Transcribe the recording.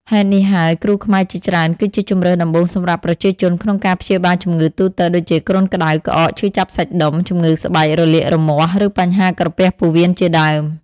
ហេតុនេះហើយ គ្រូខ្មែរជាច្រើនគឺជាជម្រើសដំបូងសម្រាប់ប្រជាជនក្នុងការព្យាបាលជំងឺទូទៅ ដូចជាគ្រុនក្ដៅ ក្អក ឈឺចាប់សាច់ដុំ ជំងឺស្បែក រលាក រមាស់ ឬបញ្ហាក្រពះពោះវៀនជាដើម។